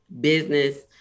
business